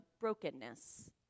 brokenness